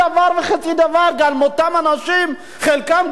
חלקם גם נמצאים באזור תל-אביב.